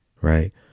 right